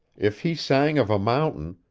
if he sang of a mountain,